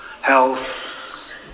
health